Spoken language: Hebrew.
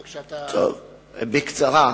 בקצרה.